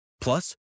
Plus